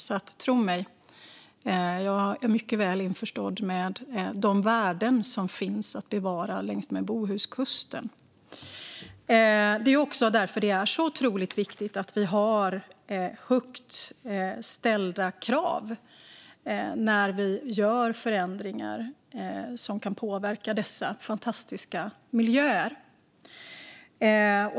Så tro mig - jag är mycket väl införstådd med de värden som finns att bevara längs med Bohuskusten. Det är därför otroligt viktigt att vi har högt ställda krav när vi gör förändringar som kan påverka dessa fantastiska miljöer.